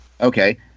okay